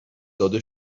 داده